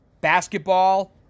basketball